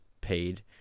paid